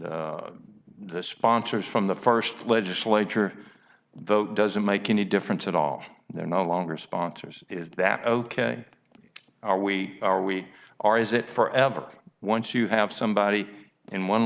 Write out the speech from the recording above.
of the sponsors from the first legislature though does it make any difference at all they're no longer sponsors is that ok are we are we are is it for ever once you have somebody in one